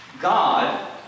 God